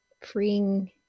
freeing